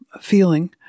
feeling